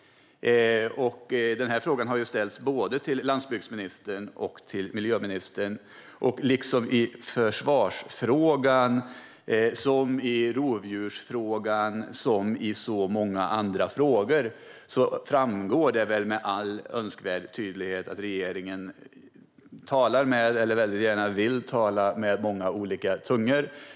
Frågan har ställts både till landsbygdsministern och till miljöministern. Liksom i försvarsfrågan, rovdjursfrågan och så många andra frågor framgår med all önskvärd tydlighet att regeringen gärna vill tala med många olika tungor.